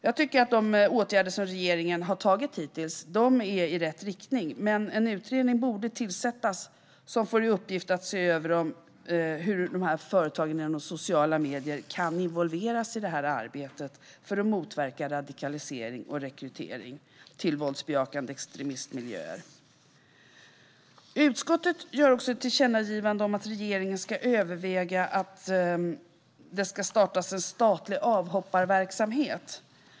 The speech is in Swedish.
Jag tycker att de åtgärder som regeringen hittills har vidtagit går i rätt riktning, men en utredning borde tillsättas som får i uppgift att se över hur företagen inom sociala medier kan involveras i arbetet för att motverka radikalisering och rekrytering till våldsbejakande extremismmiljöer. Utskottet föreslår också ett tillkännagivande om att regeringen ska överväga att starta en statlig avhopparverksamhet.